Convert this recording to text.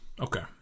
Okay